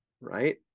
right